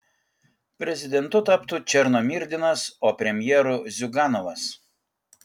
prezidentu taptų černomyrdinas o premjeru ziuganovas